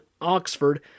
Oxford